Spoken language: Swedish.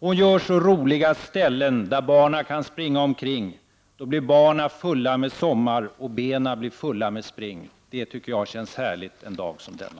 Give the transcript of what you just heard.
Hon gör så roliga ställen där barna kan springa omkring. Då blir barnen fulla med sommar och benen blir fulla med spring. Det tycker jag känns härligt en dag som denna.